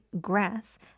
grass